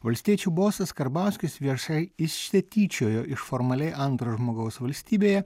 valstiečių bosas karbauskis viešai išsityčiojo iš formaliai antro žmogaus valstybėje